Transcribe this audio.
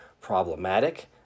problematic